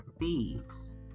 thieves